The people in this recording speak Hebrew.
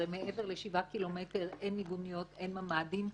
הרי מעבר לשבעה ק"מ אין מיגוניות, אין ממ"דים.